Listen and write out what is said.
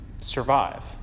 survive